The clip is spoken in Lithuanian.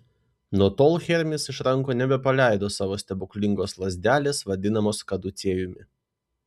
nuo tol hermis iš rankų nebepaleido savo stebuklingos lazdelės vadinamos kaducėjumi